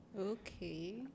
Okay